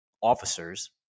officers